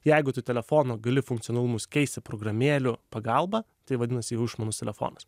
jeigu tu telefono gali funkcionalumus keisti programėlių pagalba tai vadinasi jau išmanus telefonas